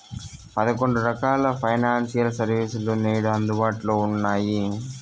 పదకొండు రకాల financial service లు నేడు అందుబాటులో ఉన్నాయి